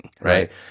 right